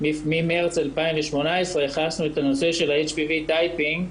ממרץ 2018 ייחסנו את הנושא של ה-HPV-Typing,